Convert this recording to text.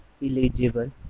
Illegible